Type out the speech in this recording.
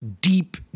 deep